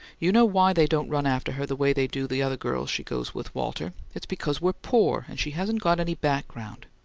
you know why they don't run after her the way they do the other girls she goes with, walter. it's because we're poor, and she hasn't got any background.